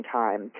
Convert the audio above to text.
time